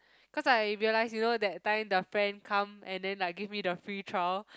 cause I realize you know that time the friend come and then like give me the free trial